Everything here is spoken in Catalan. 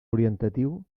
orientatiu